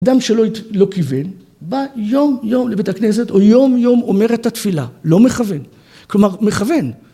אדם שלא כיוון בא יום יום לבית הכנסת, או יום יום אומר את התפילה. לא מכוון. כלומר, מכוון!